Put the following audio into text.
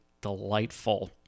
delightful